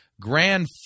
Grand